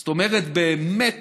זאת אומרת, באמת